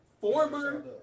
Former